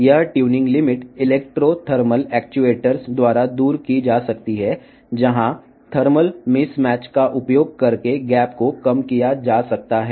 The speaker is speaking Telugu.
ఈ ట్యూనింగ్ పరిమితిని ఎలక్ట్రో థర్మల్ యాక్యుయేటర్స్ ద్వారా అధిగమించవచ్చు ఇక్కడ థర్మల్ అసమతుల్యతను ఉపయోగించి అంతరం తగ్గించవచ్చును